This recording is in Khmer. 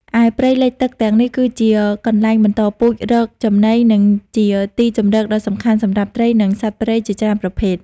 ឯព្រៃលិចទឹកទាំងនេះគឺជាកន្លែងបន្តពូជ រកចំណី និងជាទីជម្រកដ៏សំខាន់សម្រាប់ត្រី និងសត្វព្រៃជាច្រើនប្រភេទ។